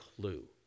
clue